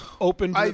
open